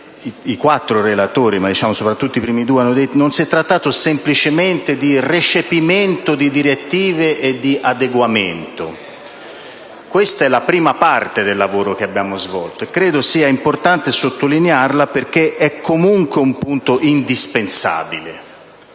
i quattro relatori, ma soprattutto i primi due, hanno affermato, di recepimento di direttive e di adeguamento. Questa è la prima parte del lavoro che abbiamo svolto, e credo sia importante sottolinearla, perché comunque rappresenta un punto indispensabile.